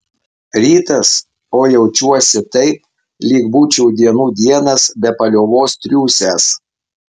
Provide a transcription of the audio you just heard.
rytas o jaučiuosi taip lyg būčiau dienų dienas be paliovos triūsęs